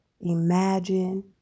imagine